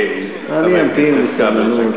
אני אמתין בסבלנות.